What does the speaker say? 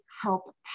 help